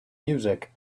music